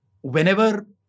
Whenever